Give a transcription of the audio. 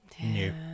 new